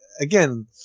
again